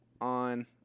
on